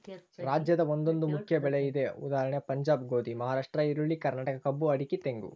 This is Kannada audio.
ರಾಜ್ಯದ ಒಂದೊಂದು ಮುಖ್ಯ ಬೆಳೆ ಇದೆ ಉದಾ ಪಂಜಾಬ್ ಗೋಧಿ, ಮಹಾರಾಷ್ಟ್ರ ಈರುಳ್ಳಿ, ಕರ್ನಾಟಕ ಕಬ್ಬು ಅಡಿಕೆ ತೆಂಗು